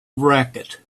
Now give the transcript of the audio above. racket